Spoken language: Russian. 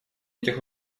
этих